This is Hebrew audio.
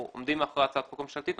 אנחנו עומדים מאחורי הצעת החוק הממשלתית.